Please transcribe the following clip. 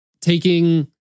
taking